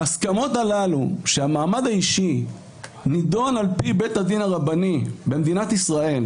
ההסכמות הללו שהמעמד האישי נידון על פי בית הדין הרבני במדינת ישראל,